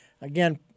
Again